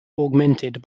augmented